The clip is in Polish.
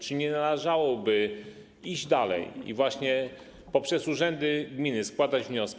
Czy nie należałoby iść dalej i właśnie poprzez urzędy gmin składać wnioski?